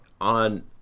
on